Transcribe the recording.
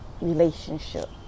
relationship